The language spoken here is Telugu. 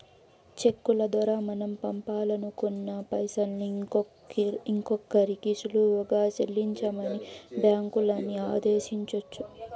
చెక్కుల దోరా మనం పంపాలనుకున్న పైసల్ని ఇంకోరికి సులువుగా సెల్లించమని బ్యాంకులని ఆదేశించొచ్చు